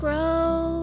Grow